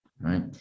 right